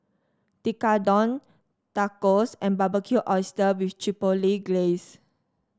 Tekkadon Tacos and Barbecued Oysters with Chipotle Glaze